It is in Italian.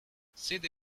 sede